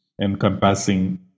encompassing